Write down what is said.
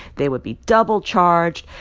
they would be double charged.